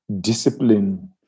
discipline